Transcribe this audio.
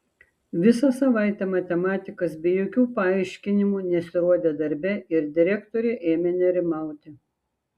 visą savaitę matematikas be jokių paaiškinimų nesirodė darbe ir direktorė ėmė nerimauti